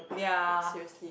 ya